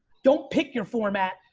don't pick your format.